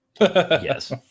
Yes